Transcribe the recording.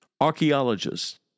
archaeologists